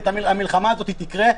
המלחמה הזו תקרה,